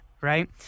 right